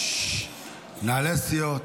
מנהלי סיעות.